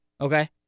Okay